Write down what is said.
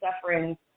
suffering